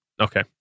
okay